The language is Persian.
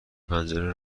پنجره